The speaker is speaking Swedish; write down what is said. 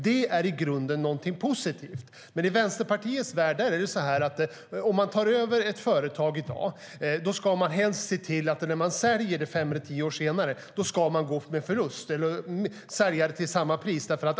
Det är i grunden något positivt.I Vänsterpartiets värld ska man, om man tar över ett företag i dag, helst se till att man går med förlust när man säljer det fem eller tio år senare eller också sälja det till samma pris.